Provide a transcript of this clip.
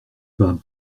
pas